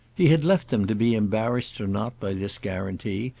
he had left them to be embarrassed or not by this guarantee,